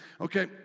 Okay